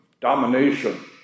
domination